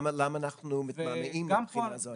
למה אנחנו מתמהמהים מבחינה זו?